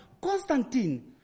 Constantine